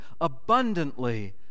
abundantly